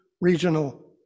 regional